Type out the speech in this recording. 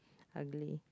ugly